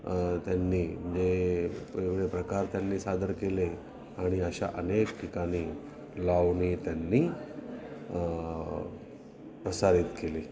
त्यांनी जे वेगवेगळे प्रकार त्यांनी सादर केले आणि अशा अनेक ठिकाणी लावणी त्यांनी प्रसारित केली